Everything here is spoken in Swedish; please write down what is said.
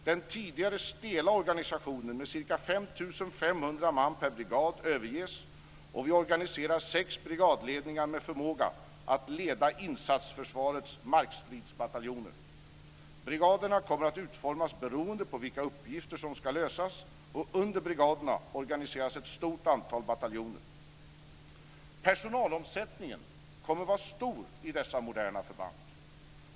Den tidigare stela organisationen med ca 5 500 man per brigad överges, och vi organiserar sex brigadledningar med förmåga att leda insatsförsvarets markstridsbataljoner. Brigaderna kommer att utformas beroende på vilka uppgifter som ska lösas. Under brigaderna organiseras ett stort antal bataljoner. Personalomsättningen kommer att vara stor i dessa moderna förband.